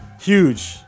Huge